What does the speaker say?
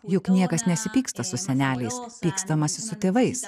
juk niekas nesipyksta su seneliais pykstamasi su tėvais